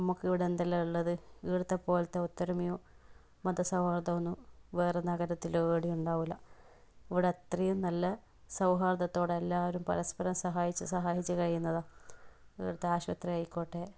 നമുക്ക് ഇവിടെ എന്തെല്ലാം ഉള്ളത് ഇവിടുത്തെ പോലത്തെ ഒത്തൊരുമയോ മതസൗഹാർദം ഒന്നും വേറെ നഗരത്തിലെവിടെയും ഉണ്ടാകില്ല ഇവിടെ അത്രയും നല്ല സൗഹാര്ദത്തോടെ എല്ലാവരും പരസ്പരം സഹായിച്ച് സഹായിച്ച് കഴിയുന്നതാണ് ഇവിടുത്തെ ആശുപത്രി ആയിക്കോട്ടെ